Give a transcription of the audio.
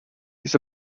his